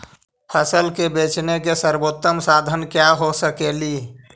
फसल के बेचने के सरबोतम साधन क्या हो सकेली?